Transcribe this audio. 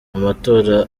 amatora